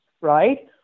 right